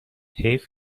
حیف